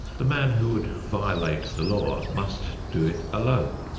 the man who would violate the law must do it alone.